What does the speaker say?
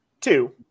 Two